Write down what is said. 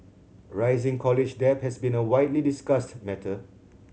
rising college debt has been a widely discussed matter